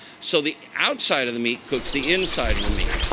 so the outside of the meat cooks the inside of the meat.